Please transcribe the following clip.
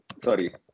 sorry